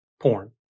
porn